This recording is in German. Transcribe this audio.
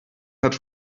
hat